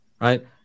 right